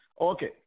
Okay